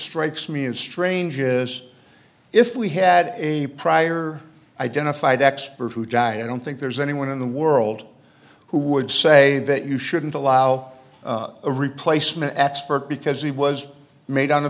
strikes me as strange is if we had a prior identified expert who died i don't think there's anyone in the world who would say that you shouldn't allow a replacement expert because he was made on